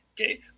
Okay